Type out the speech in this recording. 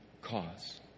cause